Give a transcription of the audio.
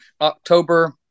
October –